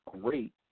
great